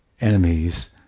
enemies